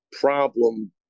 problem